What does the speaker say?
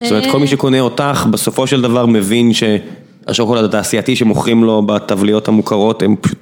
זאת אומרת, כל מי שקונה אותך, בסופו של דבר מבין שהשוקולד התעשייתי שמוכרים לו בטבליות המוכרות הם פשוט...